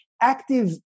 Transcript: active